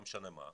לא משנה מה,